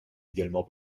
également